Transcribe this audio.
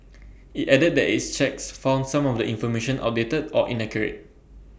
IT added that its checks found some of the information outdated or inaccurate